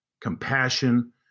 compassion